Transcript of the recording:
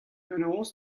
penaos